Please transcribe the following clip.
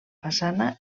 façana